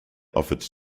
offered